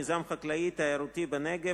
מיזם חקלאי-תיירותי בנגב),